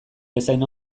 bezain